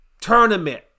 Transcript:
tournament